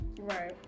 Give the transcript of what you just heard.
Right